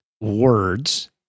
words